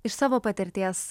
iš savo patirties